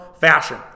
fashion